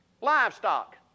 livestock